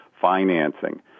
financing